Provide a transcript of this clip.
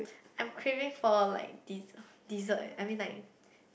I'm craving for like dessert eh I mean like